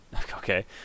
Okay